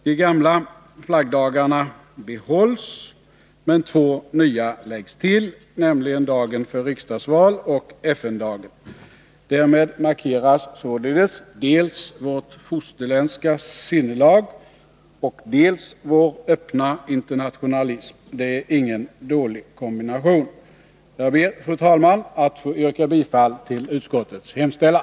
De gamla flaggdagarna behålls, men två nya läggs till, nämligen dagen för riksdagsval och FN-dagen. Därmed markeras dels vårt fosterländska sinnelag, dels vår öppna internationalism. Det är ingen dålig kombination. Jag ber, fru talman, att få yrka bifall till utskottets hemställan.